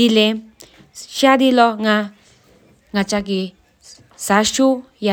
དེ་ལོ་ང་གི་ཆི་སྐོ་ལབ་ཏི་མཆོད་ཆོད་ཏིན།